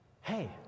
hey